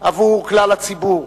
עבור כלל הציבור.